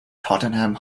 tottenham